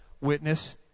witness